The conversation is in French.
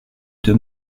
deux